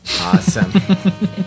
Awesome